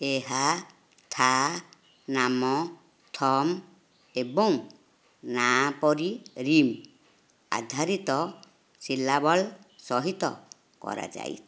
ଏହା ଥା ନାମ ଥମ୍ ଏବଂ ନାଁ ପରି ରିମ୍ ଆଧାରିତ ଶିଲାବଲ୍ ସହିତ କରାଯାଇ